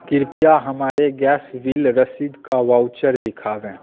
कृपया हमारे gas bill रसीदका वाउचर दिखाएँ